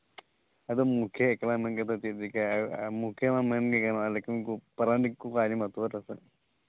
ᱟᱫᱚ ᱢᱩᱠᱷᱤᱭᱟᱹ ᱮᱠᱞᱟ ᱢᱮᱱ ᱠᱟᱛᱮᱫ ᱫᱚ ᱪᱮᱫᱼᱮ ᱪᱤᱠᱟᱹᱭᱟᱹ ᱢᱩᱠᱷᱤᱭᱟᱹ ᱢᱟ ᱢᱮᱱᱜᱮ ᱜᱟᱱᱚᱜᱼᱟ ᱞᱮᱠᱤᱱ ᱩᱱᱠᱩ ᱯᱟᱨᱟᱱᱤᱠ ᱠᱚᱠᱚ ᱟᱸᱡᱚᱢᱟ ᱛᱚᱵᱮ ᱨᱮᱥᱮ